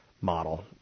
model